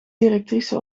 directrice